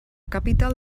capital